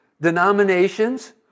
denominations